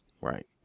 Right